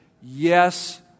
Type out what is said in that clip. yes